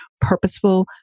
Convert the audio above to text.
purposeful